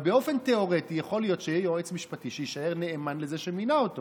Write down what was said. באופן תיאורטי יכול להיות שיהיה יועץ משפטי שיישאר נאמן לזה שמינה אותו